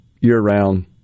year-round